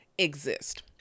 exist